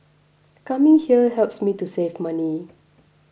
coming here helps me to save money